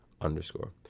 underscore